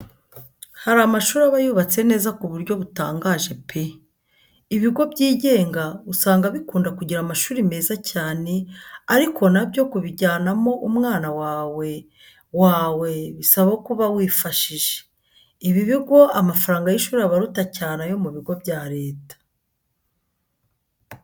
Hari amashuri aba yubatse neza ku buryo butangaje pe! Ibigo byigenga usanga bikunda kugira amashuri meza cyane ariko na byo kubijyanamo umwana wawe wawe bisaba ko uba wifashije. Ibi bigo amafaranga y'ishuri aba aruta cyane ayo mu bigo bya leta.